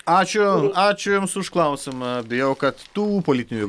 ačiū ačiū jums už klausimą bijau kad tų politinių